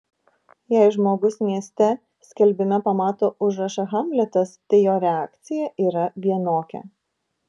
jei žmogus mieste skelbime pamato užrašą hamletas tai jo reakcija yra vienokia